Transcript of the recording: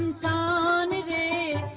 da and da